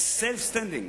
היא self standing,